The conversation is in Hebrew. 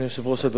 אדוני השר,